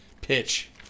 pitch